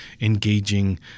engaging